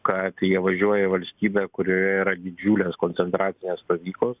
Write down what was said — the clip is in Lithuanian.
kad jie važiuoja į valstybę kurioje yra didžiulės koncentracinės stovyklos